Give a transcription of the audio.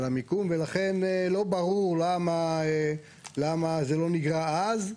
ולכן לא ברור למה זה לא נגרע אז,